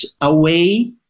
away